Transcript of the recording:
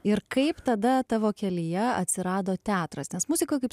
ir kaip tada tavo kelyje atsirado teatras nes muzika kaip